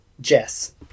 jess